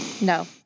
No